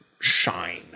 shine